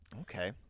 Okay